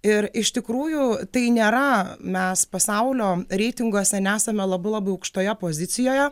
ir iš tikrųjų tai nėra mes pasaulio reitinguose nesame labai labai aukštoje pozicijoje